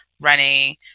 running